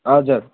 हजुर